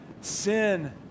sin